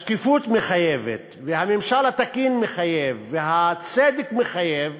השקיפות מחייבת והממשל התקין מחייב והצדק מחייב